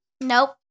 Nope